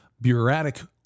bureaucratic